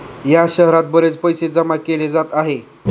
या शहरात बरेच पैसे जमा केले जात आहे